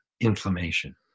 inflammation